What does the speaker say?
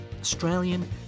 Australian